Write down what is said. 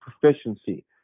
proficiency